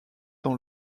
dans